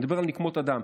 אני מדבר על נקמות הדם.